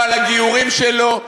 לא על הגיורים שלו,